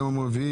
היום יום רביעי,